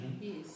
Yes